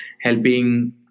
helping